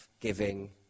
giving